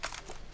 הישיבה נעולה.